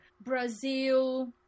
Brazil